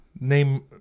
Name